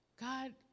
God